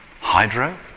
hydro